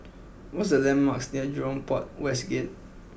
what are the landmarks near Jurong Port West Gate